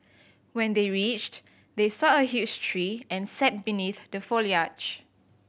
when they reached they saw a huge tree and sat beneath the foliage